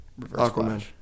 Aquaman